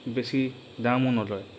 বেছি দামো নলয়